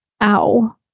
ow